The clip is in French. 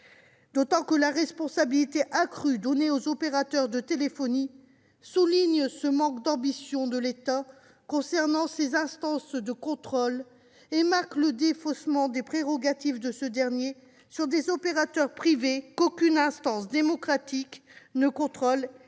nécessaire. La responsabilité accrue donnée aux opérateurs de téléphonie souligne ce manque d'ambition de l'État concernant ses instances de contrôle et marque le défaussement de ses prérogatives sur des opérateurs privés qu'aucune instance démocratique ne contrôle et